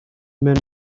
men